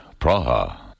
Praha